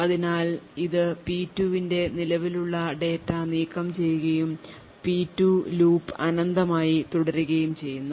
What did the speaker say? അതിനാൽ ഇത് P2 ന്റെ നിലവിലുള്ള ഡാറ്റ നീക്കംചെയ്യുകയും P2 ലൂപ്പ് അനന്തമായി തുടരുകയും ചെയ്യുന്നു